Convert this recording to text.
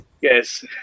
Yes